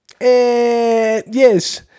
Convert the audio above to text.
yes